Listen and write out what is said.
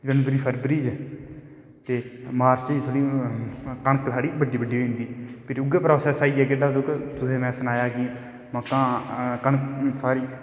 जनवरी फरवरी च ते मार्च च थोह्ड़ी कनक साढ़ी बड्डी बड्डी होई जंदी भिरी उऐ प्रासैस आईयै गेड्डा जेह्का तुसें सनाया कि मक्कां कनक